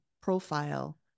profile